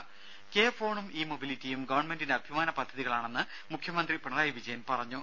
ദേദ കെഫോണും ഇ മൊബിലിറ്റിയും ഗവൺമെന്റിന്റെ അഭിമാന പദ്ധതികളാണെന്ന് മുഖ്യമന്ത്രി പിണറായി വിജയൻ പറഞ്ഞു